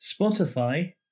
Spotify